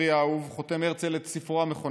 ספרי האהוב", חותם הרצל את ספרו המכונן.